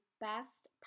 best